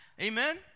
amen